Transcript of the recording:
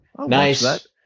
Nice